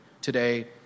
today